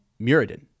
Muradin